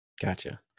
Gotcha